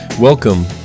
Welcome